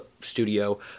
studio